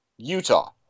Utah